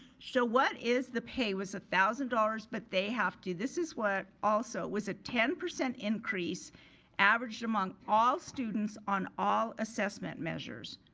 so what is the pay? was a one thousand dollars but they have to, this is what also, was it ten percent increase averaged among all students on all assessment measures.